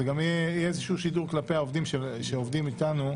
וזה גם יהיה איזשהו שידור כלפי העובדים שעובדים איתנו,